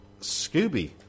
Scooby